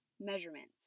measurements